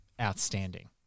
outstanding